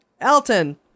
Elton